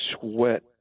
sweat